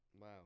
Wow